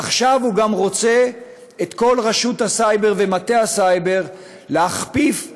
עכשיו הוא גם רוצה את כל רשות הסייבר ומטה הסייבר להכפיף לגחמותיו.